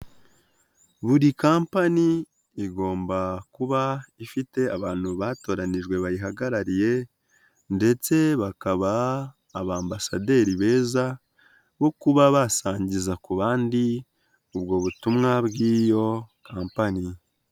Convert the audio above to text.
Buri kampani igomba kuba ifite abantu batoranijwe bayihagarariye ndetse bakaba abambasaderi beza bo kuba basangiza ku bandi ubwo butumwa bw'iyo kampani.